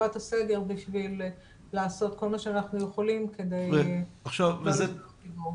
תקופת הסגר כדי לעשות מה שאנחנו יכולים כדי למנוע פיגור.